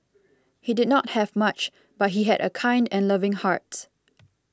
he did not have much but he had a kind and loving heart